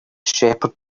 shepherd